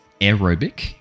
aerobic